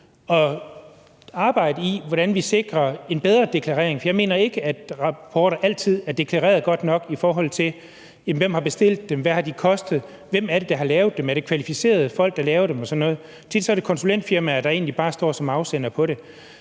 at arbejde med, hvordan vi sikrer en bedre deklarering. For jeg mener ikke, at rapporter altid er deklareret godt nok, i forhold til hvem der har bestilt dem, hvad de har kostet, hvem der har lavet dem, om det er kvalificerede folk, der laver dem, og sådan noget. Tit er det konsulentfirmaer, der egentlig bare står som afsender på det.